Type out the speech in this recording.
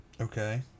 Okay